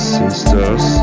sisters